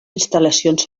instal·lacions